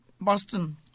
Boston